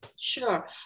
Sure